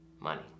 money